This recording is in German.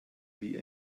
wie